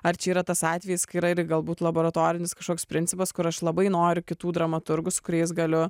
ar čia yra tas atvejis kai yra ir galbūt laboratorinis kažkoks principas kur aš labai noriu kitų dramaturgų su kuriais galiu